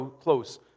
close